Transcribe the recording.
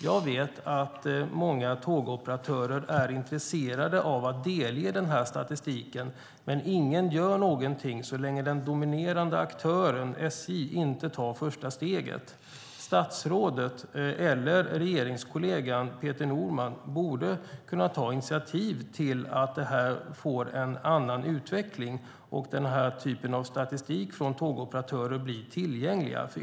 Jag vet att många tågoperatörer är intresserade av att delge denna statistik, men ingen gör något så länge den dominerande aktören, SJ, inte tar första steget. Statsrådet eller regeringskollegan Peter Norman borde kunna ta initiativ för att ge detta en annan utveckling, så att denna typ av statistik från tågoperatörer blir tillgängliga.